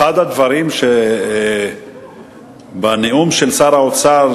אחד הדברים בנאום של שר האוצר,